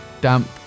damp